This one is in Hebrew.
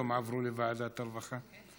הרבה נושאים היום עברו לוועדת הרווחה.